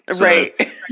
Right